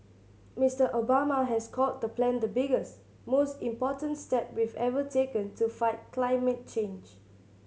Mister Obama has called the plan the biggest most important step we've ever taken to fight climate change